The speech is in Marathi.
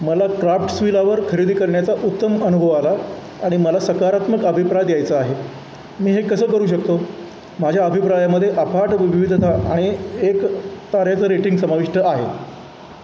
मला क्राफ्ट्सविलावर खरेदी करण्याचा उत्तम अनुभव आला आणि मला सकारात्मक अभिप्राय द्यायचा आहे मी हे कसं करू शकतो माझ्या अभिप्रायामध्ये अफाट विविधता आणि एक तारेचं रेटिंग समाविष्ट आहे